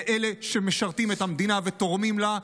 לאלה שמשרתים את המדינה ותורמים לה,